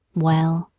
well,